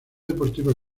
deportiva